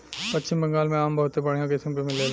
पश्चिम बंगाल में आम बहुते बढ़िया किसिम के मिलेला